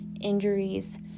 injuries